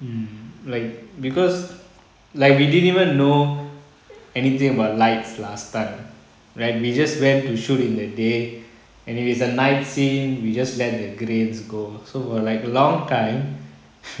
hmm like because like we didn't even know anything about lights last time right we just went to shoot in the day and if it's a night scene we just let the grains go so for like long time